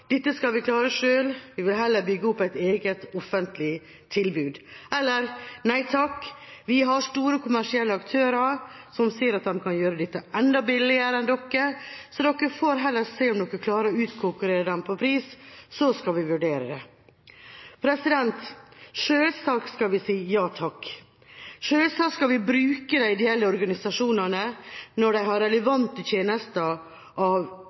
dette skal vi klare selv, vi vil heller bygge opp et eget, offentlig tilbud. Eller: Nei takk, vi har store kommersielle aktører som sier at de kan gjøre dette enda billigere enn dere, så dere får heller se om dere klarer å utkonkurrere dem på pris, så skal vi vurdere det. Selvsagt skal vi si: Ja takk! Selvsagt skal vi bruke de ideelle organisasjonene når de har relevante tjenester av